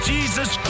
Jesus